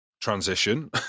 transition